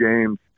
games